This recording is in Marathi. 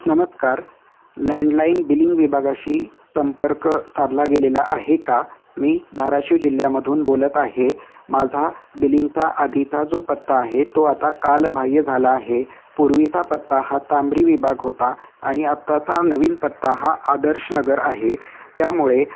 नमस्कार लँडलाईन बिलिंग विभागाशी संपर्क साधला गेलेला आहे का मी धाराशिव जिल्ह्यामधून बोलत आहे माझा बिलिंगचा आधीचा जो पत्ता आहे तो आता कालबाह्य झाला आहे पूर्वीचा पत्ता हा तांबरी विभाग होता आणि आत्ताचा नवीन पत्ता हा आदर्शनगर आहे त्यामुळे